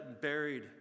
buried